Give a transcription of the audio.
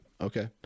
okay